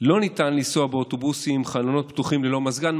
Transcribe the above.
אך לא ניתן לנסוע באוטובוסים עם חלונות פתוחים ללא מזגן.